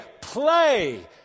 play